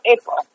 April